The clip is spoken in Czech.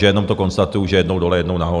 Jenom to konstatuji, že jednou dole, jednou nahoře.